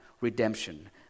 redemption